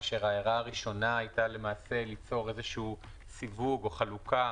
כאשר ההערה הראשונה הייתה למעשה ליצור סיווג או חלוקה